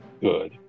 good